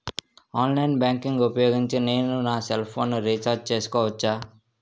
Online banking ఊపోయోగించి నేను నా సెల్ ఫోను ని రీఛార్జ్ చేసుకోవచ్చా?